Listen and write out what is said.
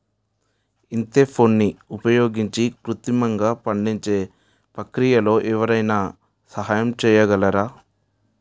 ఈథెఫోన్ని ఉపయోగించి కృత్రిమంగా పండించే ప్రక్రియలో ఎవరైనా సహాయం చేయగలరా?